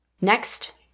Next